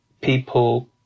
people